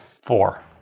Four